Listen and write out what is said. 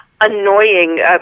annoying